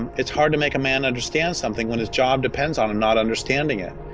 um it's hard to make a man understand something when his job depends on and not understanding it.